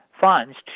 funds